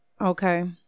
okay